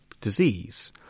disease